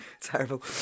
Terrible